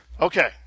Okay